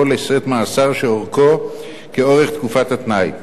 לשאת מאסר שאורכו כאורך תקופת התנאי.